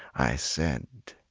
i said,